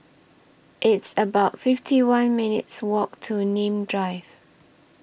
It's about fifty one minutes' Walk to Nim Drive